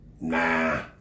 nah